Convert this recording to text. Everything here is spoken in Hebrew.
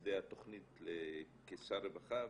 ממייסדי התוכנית כשר רווחה,